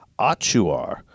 Achuar